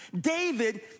David